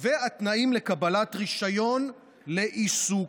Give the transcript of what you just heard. ולתנאים לקבלת רישיון לעיסוק.